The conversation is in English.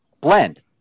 blend